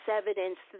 evidence